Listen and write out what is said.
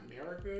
America